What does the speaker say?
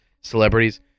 celebrities